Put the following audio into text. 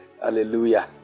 Hallelujah